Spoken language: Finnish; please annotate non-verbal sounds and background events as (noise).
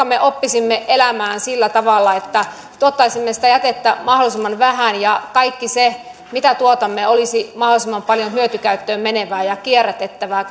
(unintelligible) me oppisimme elämään sillä tavalla että tuottaisimme sitä jätettä mahdollisimman vähän ja kaikki se mitä tuotamme olisi mahdollisimman paljon hyötykäyttöön menevää ja kierrätettävää (unintelligible)